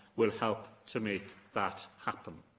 will help to make that happen.